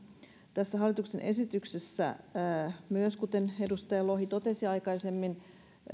tässä hallituksen esityksessä kuten myös edustaja lohi totesi aikaisemmin